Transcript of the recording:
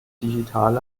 digitalen